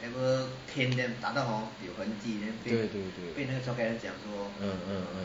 对对对 uh uh uh